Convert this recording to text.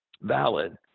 valid